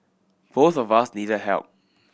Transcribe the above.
both of us needed help